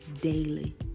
daily